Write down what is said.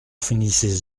finissez